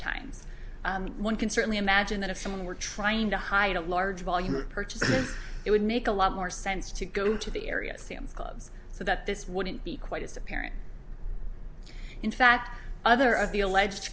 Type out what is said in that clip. times one can certainly imagine that if someone were trying to hide a large volume of purchases it would make a lot more sense to go into the area sam's clubs so that this wouldn't be quite as apparent in fact other of the alleged